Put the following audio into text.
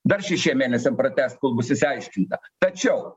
dar šešiem mėnesiam pratęst kol bus išsiaiškinta tačiau